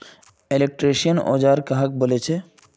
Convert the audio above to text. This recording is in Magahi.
इलेक्ट्रीशियन औजार कहाक बोले छे?